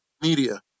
media